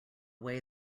way